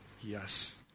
Yes